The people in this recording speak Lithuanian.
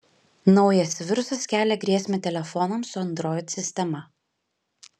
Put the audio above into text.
naujas virusas kelia grėsmę telefonams su android sistema